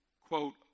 quote